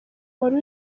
wari